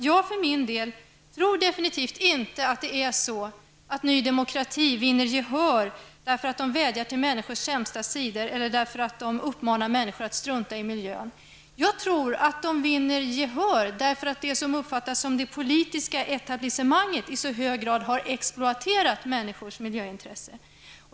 Jag för min del tror absolut inte att Ny demokrati vinner gehör därför att partiet vädjar till människors sämsta sidor eller uppmanar människor att strunta i miljön. Jag tror att Ny demokrati vinner gehör därför att det som uppfattas som det politiska etablissemanget i så hög grad har exploaterat människors miljöintressen.